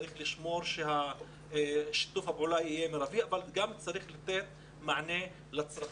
צריך לשמור ששיתוף הפעולה יהיה מרבי אבל גם צריך לתת מענה לצרכים.